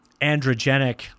androgenic